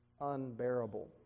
unbearable